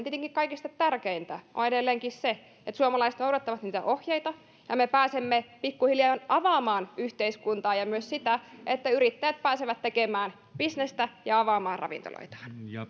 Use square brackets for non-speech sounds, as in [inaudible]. [unintelligible] tietenkin kaikista tärkeintä on edelleenkin se että suomalaiset noudattavat ohjeita ja niin me pääsemme pikkuhiljaa avaamaan yhteiskuntaa ja myös yrittäjät pääsevät tekemään bisnestä ja avaamaan ravintoloitaan